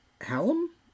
Hallam